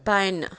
pine